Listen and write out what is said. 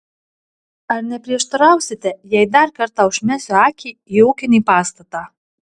ar neprieštarausite jei dar kartą užmesiu akį į ūkinį pastatą